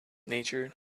nature